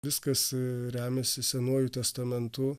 viskas remiasi senuoju testamentu